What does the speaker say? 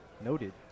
Noted